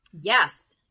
Yes